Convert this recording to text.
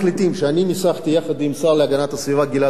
שאני ניסחתי יחד עם השר להגנת הסביבה גלעד ארדן,